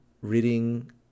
reading